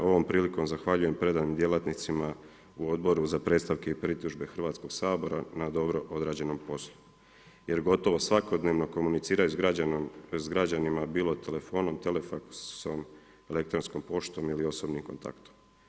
Ovom prilikom zahvaljujem predanim djelatnicima u Odboru za predstavke i pritužbe Hrvatskog sabora na dobro odrađenom poslu jer gotovo svakodnevno komuniciraju s građanima bilo telefonom, telefaksom, elektronskom poštom ili osobnim kontaktom.